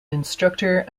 instructor